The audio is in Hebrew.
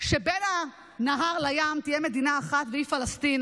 שבין הנהר לים תהיה מדינה אחת והיא פלסטין,